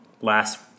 last